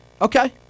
Okay